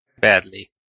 badly